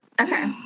Okay